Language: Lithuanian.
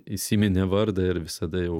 įsiminė vardą ir visada jau